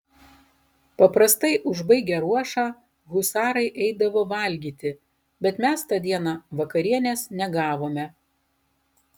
paprastai užbaigę ruošą husarai eidavo valgyti bet mes tą dieną vakarienės negavome